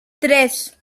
tres